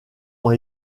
ont